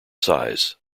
size